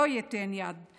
לא ייתן יד.